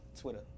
Twitter